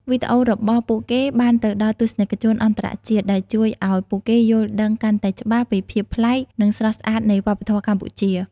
វីដេអូរបស់ពួកគេបានទៅដល់ទស្សនិកជនអន្តរជាតិ ដែលជួយឲ្យពួកគេយល់ដឹងកាន់តែច្បាស់ពីភាពប្លែក និងស្រស់ស្អាតនៃវប្បធម៌កម្ពុជា។